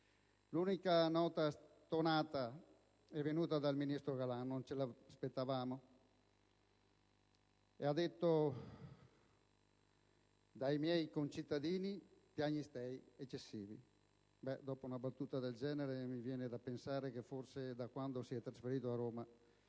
L'unica nota stonata è venuta dal ministro Galan - non ce l'aspettavamo - che ha detto: dai miei concittadini piagnistei eccessivi. Dopo una battuta del genere mi viene da pensare che forse, da quando si è trasferito a Roma,